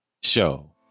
Show